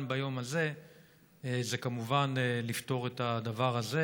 ביום הזה זה כמובן לפתור את הדבר הזה.